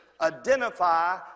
identify